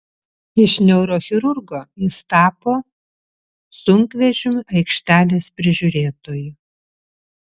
iš neurochirurgo jis tapo sunkvežimių aikštelės prižiūrėtoju